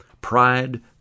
Pride